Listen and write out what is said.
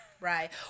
Right